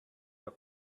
your